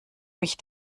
mich